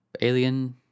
alien